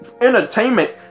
entertainment